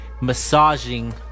massaging